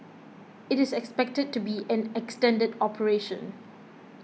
it is expected to be an extended operation